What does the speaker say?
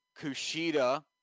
Kushida